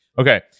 Okay